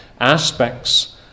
aspects